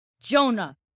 Jonah